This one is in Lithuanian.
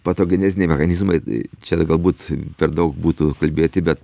patogeneziniai mechanizmai čia galbūt per daug būtų kalbėti bet